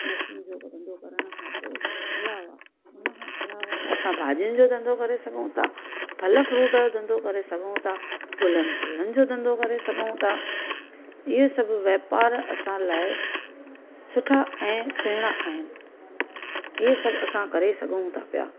machine जो हिकु धंधो करण खां पोइ अलावा उनखां अलावा असां भाॼियुनि जो धंधो करे सघूं था फल फ्रुट जो धंधो करे सघूं था गुलनि फुलनि जो धंधो करे सघूं था इहे सभु वापार असां लाइ सुठा ऐं सुहिणा आहिनि इहे सभु असां करे सघूं था पिया